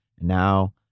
Now